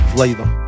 Flavor